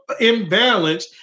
imbalanced